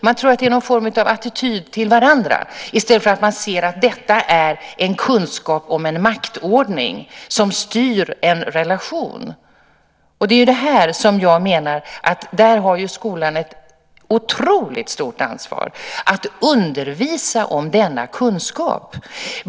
Man tror att det är någon form av attityd till varandra, i stället för att man ser att detta är en kunskap om en maktordning som styr en relation. Där menar jag att skolan har ett otroligt stort ansvar, att undervisa om denna kunskap.